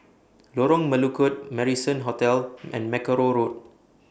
Lorong Melukut Marrison Hotel and Mackerrow Road